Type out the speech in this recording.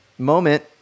moment